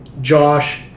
Josh